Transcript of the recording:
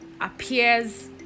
appears